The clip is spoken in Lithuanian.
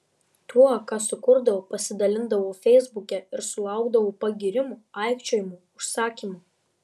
tuo ką sukurdavau pasidalindavau feisbuke ir sulaukdavau pagyrimų aikčiojimų užsakymų